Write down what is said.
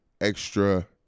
extra